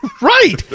Right